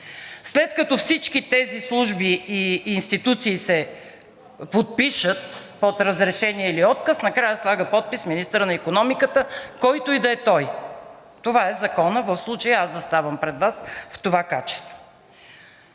След като всички тези служби и институции се подпишат под разрешение или отказ, накрая слага подпис министърът на икономиката, който и да е той – това е законът, в случая аз заставам пред Вас в това качество.